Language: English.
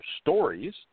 stories